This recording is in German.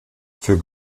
für